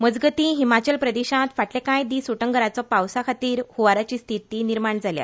मजगतीं हिमाचल प्रदेशांत फांटले कांय दीस उटंगरांचो पावसा खातीर हंवाराची स्थिती निर्माण जाल्या